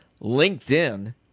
LinkedIn